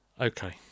Okay